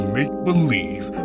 Make-Believe